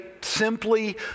simply